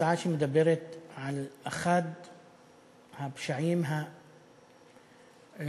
הצעה שמדברת על אחד הפשעים הנוראיים